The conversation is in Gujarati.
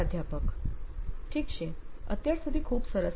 પ્રાધ્યાપક ઠીક છે અત્યાર સુધી ખૂબ સરસ